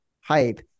hype